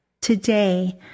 Today